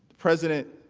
president